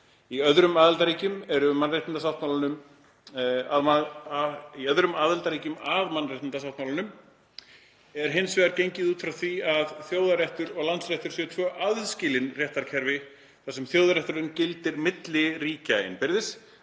Í öðrum aðildarríkjum að mannréttindasáttmálanum er hins vegar gengið út frá því að þjóðaréttur og landsréttur séu tvö aðskilin réttarkerfi þar sem þjóðarétturinn gildir milli ríkja innbyrðis